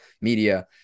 media